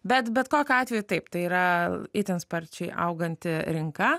bet bet kokiu atveju taip tai yra itin sparčiai auganti rinka